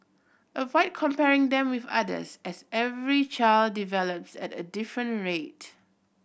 avoid comparing them with others as every child develops at a different rate